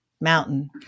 Mountain